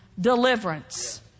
deliverance